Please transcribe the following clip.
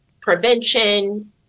prevention